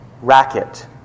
racket